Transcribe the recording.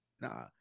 Nah